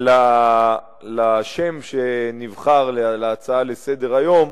השם שנבחר להצעה לסדר-היום: